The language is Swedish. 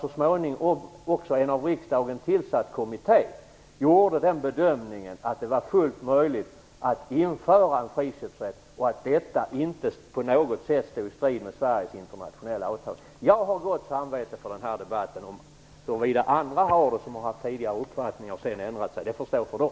En av riksdagen tillsatt kommitté gjorde dessutom bedömningen att det var fullt möjligt att införa en friköpsrätt och att detta inte på något sätt stod i strid med Sveriges internationella åtaganden. Jag har gott samvete i den här debatten. Huruvida andra har det, som tidigare har haft uppfattningar som de sedan ändrat, får stå för dem.